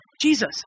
Jesus